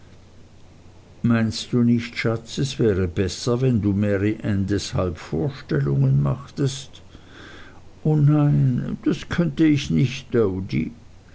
meinst du nicht schatz es wäre besser wenn du mary anne deshalb vorstellungen machtest o nein das könnte ich nicht